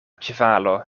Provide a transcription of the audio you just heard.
ĉevalo